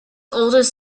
oldest